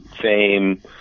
fame